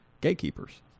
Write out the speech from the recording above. gatekeepers